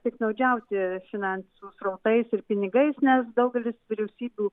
piktnaudžiauti finansų srautais ir pinigais nes daugelis vyriausybių